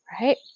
right